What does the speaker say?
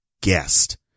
guest